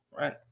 right